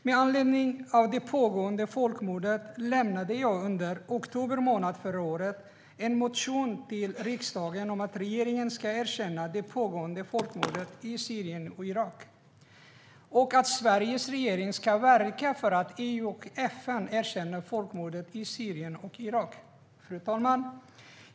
Med anledning av det pågående folkmordet väckte jag under oktober månad förra året en motion till riksdagen om att Sveriges regering ska erkänna det pågående folkmordet i Syrien och Irak och verka för att EU och FN erkänner folkmordet i Syrien och Irak. Fru talman!